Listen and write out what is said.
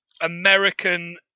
American